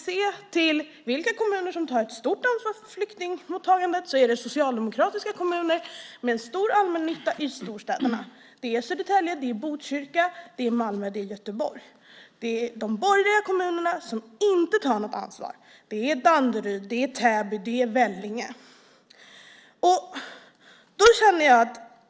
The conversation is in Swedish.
De kommuner som tar stort ansvar för flyktingmottagandet är socialdemokratiska kommuner med stor allmännytta i storstadsområdena: Södertälje, Botkyrka, Malmö och Göteborg. Det är de borgerliga kommunerna som inte tar något ansvar: Danderyd, Täby och Vellinge.